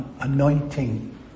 anointing